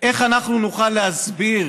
איך אנחנו נוכל להסביר